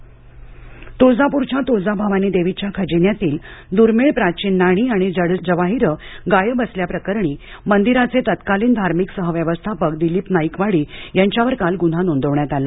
तळजाभवानी उस्मानाबाद तुळजापूरच्या तुळजाभवानी देवीच्या खजिन्यातील दुर्मीळ प्राचीन नाणी आणि जडजवाहिरं गायब असल्याप्रकरणी मंदिराचे तत्कालिन धार्मिक सहव्यवस्थापक दिलीप नाईकवाडी यांच्यावर काल गुन्हा नोंदवण्यात आला